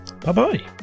bye-bye